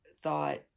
thought